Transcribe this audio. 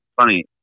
funny